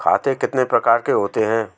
खाते कितने प्रकार के होते हैं?